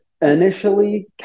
initially